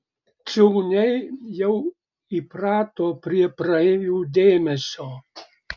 ciūniai jau įprato prie praeivių dėmesio